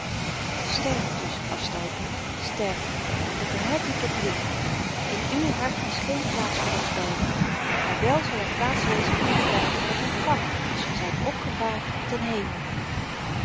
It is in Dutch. sterf dus aztalpa sterf en verhef u tot licht in uw hart is geen plaats voor ons beiden maar wel zal er plaats wezen voor ons beiden op uw graf als ge zyt opgevaren ten hemel